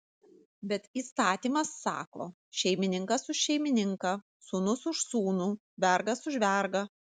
bet įstatymas sako šeimininkas už šeimininką sūnus už sūnų vergas už vergą